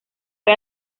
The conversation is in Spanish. fue